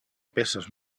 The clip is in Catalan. peces